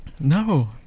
No